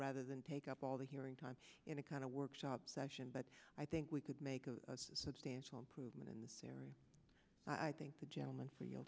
rather than take up all the hearing time in a kind of workshop session but i think we could make a substantial improvement and terry i think the gentleman for y